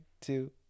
two